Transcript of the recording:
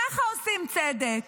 ככה עושים צדק.